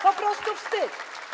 Po prostu wstyd.